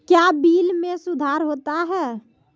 क्या बिल मे सुधार होता हैं?